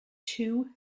two